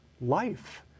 life